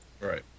Right